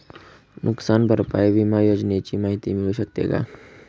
नुकसान भरपाई विमा योजनेची माहिती मिळू शकते का?